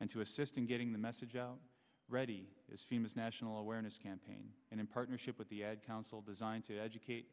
and to assist in getting the message out ready is seen as national awareness campaign and in partnership with the ad council designed to educate